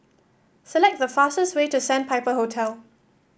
select the fastest way to Sandpiper Hotel